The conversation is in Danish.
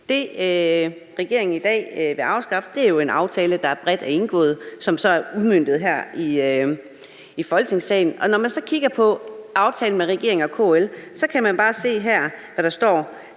Det, regeringen i dag vil afskaffe, er jo en aftale, der er indgået bredt, og som så er udmøntet her i Folketingssalen. Når man så kigger på aftalen med regeringen og KL, kan man bare se her, hvad der står: